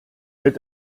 mit